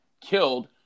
killed